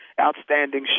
Outstanding